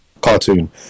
cartoon